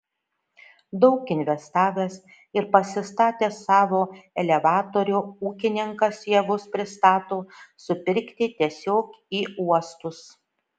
daug investavęs ir pasistatęs savo elevatorių ūkininkas javus pristato supirkti tiesiog į uostus